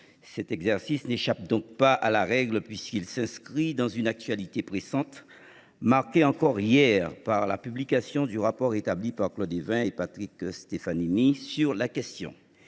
Cet exercice n’échappe pas à la règle, puisqu’il s’inscrit dans une actualité pressante, marquée encore hier par la publication du rapport de Claude Évin et Patrick Stefanini sur le sujet.